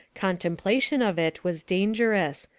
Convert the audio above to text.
contemplation of it was dangerous,